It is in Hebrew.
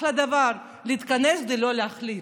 אחלה דבר, להתכנס ולא להחליט.